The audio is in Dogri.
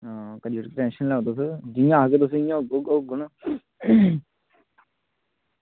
करी ओड़गे टैंशन निं लैओ तुस जियां आखगे तुसेंगी होङन